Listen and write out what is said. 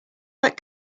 that